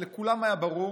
שלכולם היה ברור